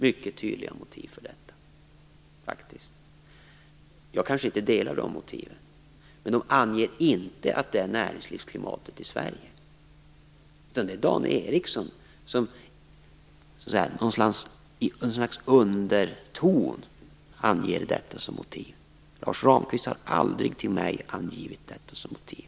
Jag kanske inte har samma åsikter om dessa motiv, men de anger inte att det handlar om näringslivsklimatet i Sverige. Det är Dan Ericsson som med något slags underton anger detta som motiv. Lars Ramqvist har aldrig till mig angivit detta som motiv.